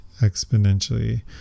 exponentially